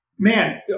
man